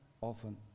often